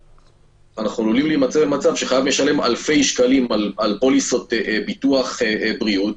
אנו עלולים להימצא במצב שחייב משלם אלפי שקלים על פוליסות ביטוח בריאות,